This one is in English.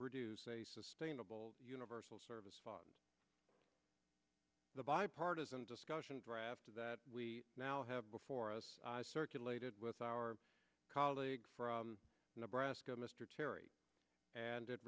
produce a sustainable universal service fund the bipartisan discussion draft of that we now have before us circulated with our colleague from nebraska mr terry and